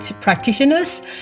practitioners